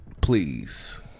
Please